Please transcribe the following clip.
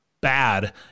bad